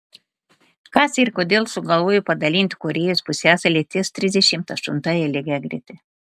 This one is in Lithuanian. kas ir kodėl sugalvojo padalinti korėjos pusiasalį ties trisdešimt aštuntąja lygiagrete